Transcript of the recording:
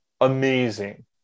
amazing